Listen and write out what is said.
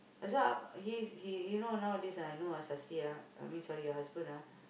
that's why he he he know nowadays ah he knows Sasi ah I mean sorry your husband ah